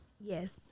Yes